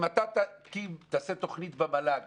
אם אתה תעשה תוכנית במל"ג